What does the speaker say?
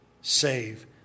save